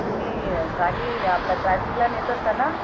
तुम्ही गाडी आपलं ट्रॅवलिंगला नेत असता ना